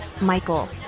Michael